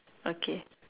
okay